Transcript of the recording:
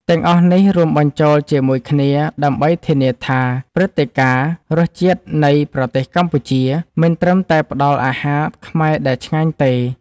ទាំងអស់នេះរួមបញ្ចូលជាមួយគ្នា ដើម្បីធានាថា ព្រឹត្តិការណ៍ “រសជាតិនៃប្រទេសកម្ពុជា” មិនត្រឹមតែផ្តល់អាហារខ្មែរដែលឆ្ងាញ់ទេ